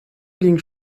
ging